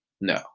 No